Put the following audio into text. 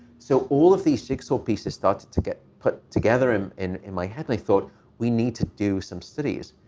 so all of these jigsaw pieces started to get put together um in in my head. i thought we need to do some studies.